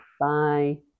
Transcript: Bye